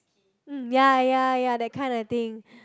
mm ya ya ya that kind of thing